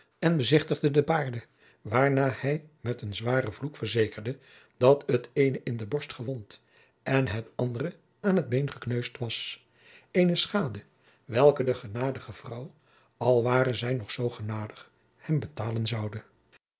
en bezichtigde de paarden waarna hij met een zwaren vloek verzekerde dat het eene in de borst gewond en het andere aan t been gekneusd was eene schade welke de genadige vrouw al ware zij nog zoo genadig hem betalen zoude